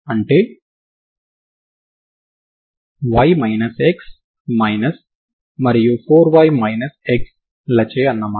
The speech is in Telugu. కాబట్టి ఇన్ఫినిటీ వద్ద మీకు ఏదైనా స్ట్రింగ్ ఉంది అంటే అనంతమైన దూరంలో స్ట్రింగ్ ని కలిగి ఉంటారు